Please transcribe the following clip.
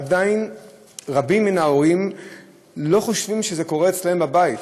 עדיין רבים מההורים לא חושבים שזה קורה אצלם בבית,